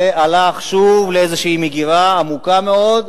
זה הלך שוב לאיזו מגירה עמוקה מאוד,